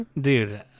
Dude